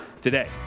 today